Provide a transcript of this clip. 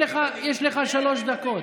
אם יתברר כאמת, בבקשה, יש לך שלוש דקות.